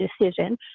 decision